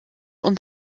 und